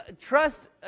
trust